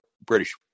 British